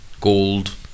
gold